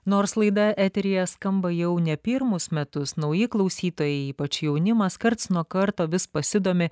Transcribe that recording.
nors laida eteryje skamba jau ne pirmus metus nauji klausytojai ypač jaunimas karts nuo karto vis pasidomi